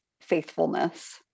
faithfulness